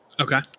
Okay